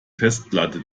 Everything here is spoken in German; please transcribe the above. festplatte